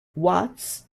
watts